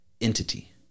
entity